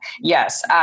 yes